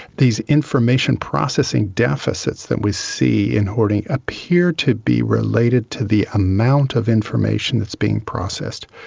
these information processing deficits that we see in hoarding appear to be related to the amount of information that is being processed.